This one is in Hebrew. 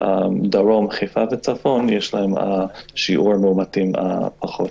דרום, חיפה וצפון יש להם שיעור מאומתים פחות.